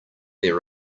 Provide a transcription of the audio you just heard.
their